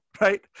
Right